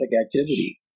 activity